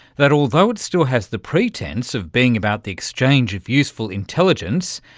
that although it still has the pretence of being about the exchange of useful intelligence,